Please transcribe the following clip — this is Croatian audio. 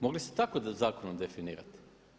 Mogli ste tako zakonom definirati.